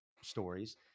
stories